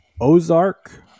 Ozark